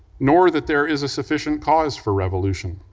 nor that there is a sufficient cause for revolution.